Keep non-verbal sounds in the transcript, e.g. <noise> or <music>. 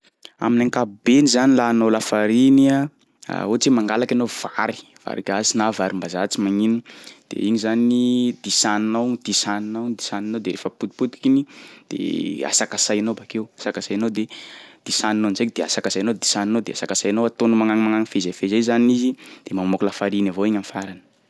Amin'ny ankapobeny zany laha hanao lafariny iha, <hesitation> ohatra hoe mangalaky anao vary, vary gasy na varim-bazaha tsy magnino de igny zany disaninao igny, disaninao igny, disaninao de rehefa potipotiky igny de asakasainao bakeo asakakasainao de disaninao ndraiky de asakasainao, disaninao de asakasainao ataonao magnagny magnagny fezay fezay zany izy de mamoaky lafariny avao igny am'farany.